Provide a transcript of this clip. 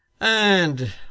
And